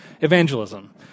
evangelism